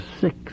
six